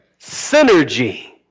Synergy